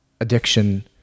addiction